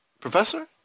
Professor